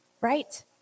right